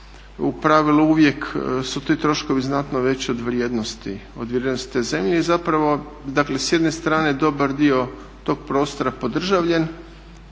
U pravilu uvijek su ti troškovi znatno veći od vrijednosti, od vrijednosti te zemlje. I zapravo, dakle s jedne strane dobar dio tog prostora podržavljen,